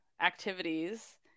activities